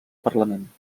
parlament